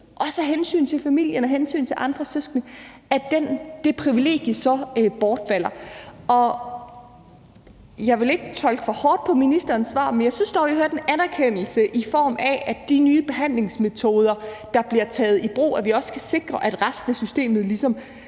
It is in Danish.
også af hensyn til andre søskende og resten af familien, at det privilegie så bortfalder. Og jeg vil ikke tolke for hårdt på ministerens svar, men jeg synes dog, jeg hørte en anerkendelse i form af, at vi med de nye behandlingsmetoder, der bliver skabt og taget i brug, også kan sikre, at resten af systemet ligesom